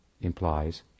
implies